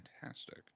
fantastic